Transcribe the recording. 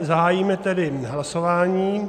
Zahájíme tedy hlasování.